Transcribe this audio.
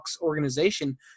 organization